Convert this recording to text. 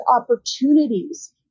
opportunities